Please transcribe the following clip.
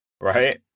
right